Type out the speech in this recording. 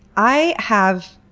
i have